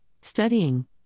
studying